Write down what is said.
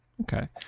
Okay